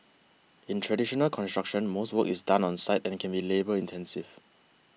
in traditional construction most work is done on site and can be labour intensive